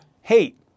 hate